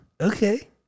Okay